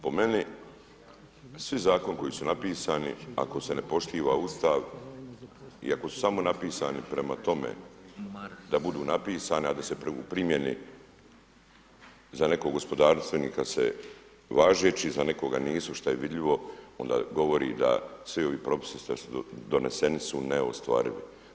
Po meni svi zakoni koji su napisani ako se ne poštiva Ustav i ako su samo napisani prema tome da budu napisani, a da se u primjeni za nekog gospodarstvenika važeći, za nekoga nisu šta je vidljivo onda govori da svi ovi propisi što su doneseni su neostvarivi.